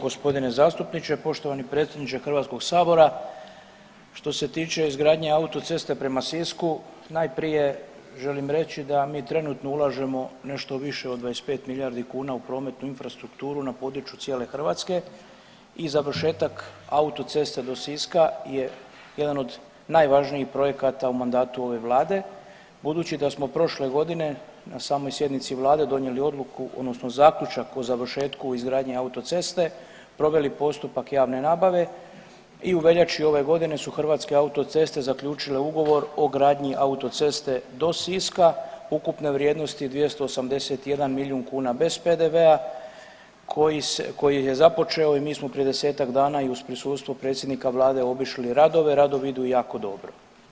Hvala lijepo gospodine zastupniče, poštovani predsjedniče Hrvatskog sabora, što se tiče izgradnje autoceste prema Sisku najprije želim reći da mi trenutno ulažemo nešto više od 25 milijardi kuna u prometnu infrastrukturu na području cijele Hrvatske i završetak autoceste do Siska je jedan od najvažnijih projekata u mandatu ove vlade budući da smo prošle godine na samoj sjednici vlade donijeli odluku odnosno zaključak o završetku izgradnje autoceste, proveli postupak javne nabave i u veljači ove godine su Hrvatske autoceste zaključile ugovor o gradnji autoceste do Siska, ukupne vrijednosti 281 milijun kuna bez PDV-a koji je započeo i mi smo prije 10-ak dana i uz prisustvo predsjednika vlade obišli radove, radovi idu jako dobro.